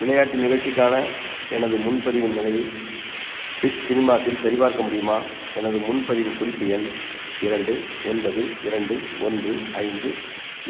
விளையாட்டு நிகழ்ச்சிக்கான எனது முன்பதிவின் நிலையை பிக் சினிமாஸில் சரிபார்க்க முடியுமா எனது முன்பதிவு குறிப்பு எண் இரண்டு ஒன்பது இரண்டு ஒன்று ஐந்து எ